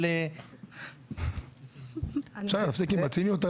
אבל -- אפשר להפסיק עם הציניות,